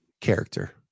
Character